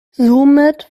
somit